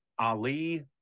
Ali